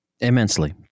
Immensely